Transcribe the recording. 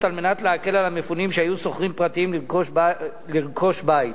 על מנת להקל על המפונים שהיו שוכרים פרטיים לרכוש בית.